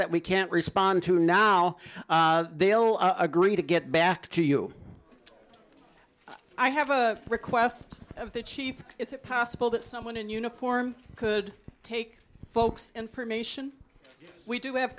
that we can't respond to now they will agree to get back to you i have a request of the chief is it possible that someone in uniform could take folks information we do have